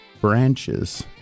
branches